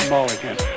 Mulligan